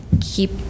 keep